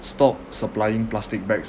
stop supplying plastic bags